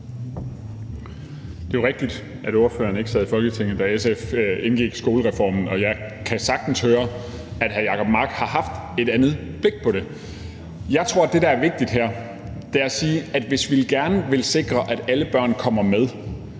Det er jo rigtigt, at ordføreren ikke sad i Folketinget, da SF indgik aftalen om skolereformen, og jeg kan sagtens høre, at hr. Jacob Mark har haft et andet blik på det. Jeg tror, at det, der er vigtigt her, er at sige: Hvis vi gerne vil sikre, at alle børn kommer med,